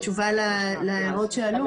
בתשובה להערות שעלו פה.